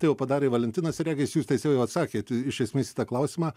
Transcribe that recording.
tai jau padarė valentinas regis jūs tais jau atsakėt iš esmės į tą klausimą